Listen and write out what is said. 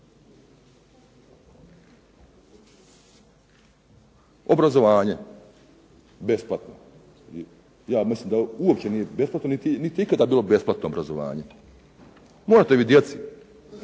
Obrazovanje, besplatno, ja mislim da ono uopće nije besplatno niti je ikad bilo besplatno obrazovanje. Morate vi djeci